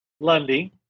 Lundy